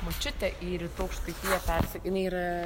močiutė į rytų aukštaitiją persi jinai yra